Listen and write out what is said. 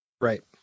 Right